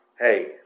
hey